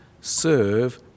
serve